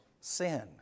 sin